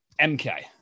MK